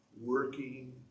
working